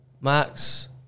Max